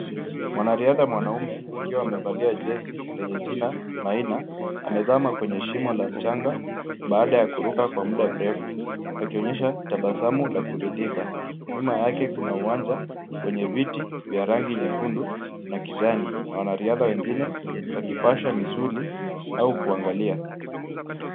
Mwanariadha mwanaume akiwa amevalia jezi lenye jina Maina amezama kwenye shimo la mchanga, baada ya kuruka kwa muda mrefu akionyesha tabasamu la kuridhika. Nyuma yake kuna uwanja wenye viti vya rangi nyekundu na kijani na wanariadha wengine wakipasha misuli au kuangalia.